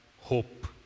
hope